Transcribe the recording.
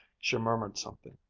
she murmured something,